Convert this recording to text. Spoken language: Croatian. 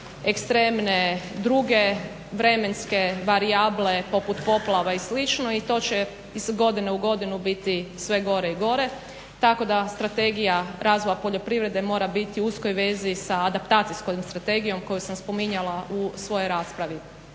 ekstremne druge vremenske varijable poput poplava i slično i to će iz godine u godinu biti sve gore i gore. Tako da vam strategija razvoja poljoprivrede mora biti u uskoj vezi sa adaptacijskom strategijom koju sam spominjala u svojoj raspravi.